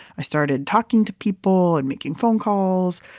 i started talking to people and making phone calls,